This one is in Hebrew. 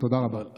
תודה רבה.